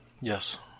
Yes